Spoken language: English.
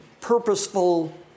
purposeful